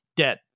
Dead